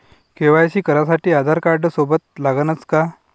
KYC करासाठी आधारकार्ड सोबत लागनच का?